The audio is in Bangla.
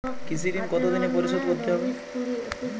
কৃষি ঋণ কতোদিনে পরিশোধ করতে হবে?